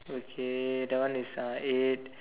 okay that one is uh eight